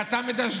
כי אתה מדשדש,